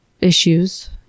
issues